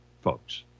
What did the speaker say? Folks